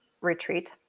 Retreat